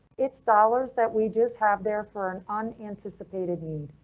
it's dollars that we just have there for an unanticipated need.